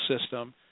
system